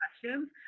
questions